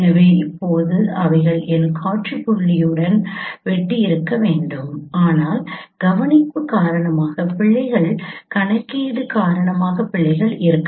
எனவே இப்போது அவைகள் என் காட்சி புள்ளியுடன் வெட்டியிருக்க வேண்டும் ஆனால் கவனிப்பு காரணமாக பிழைகள் கணக்கீடு காரணமாக பிழைகள் இருக்கும்